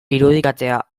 irudikatzea